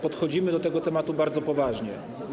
Podchodzimy do tego tematu bardzo poważnie.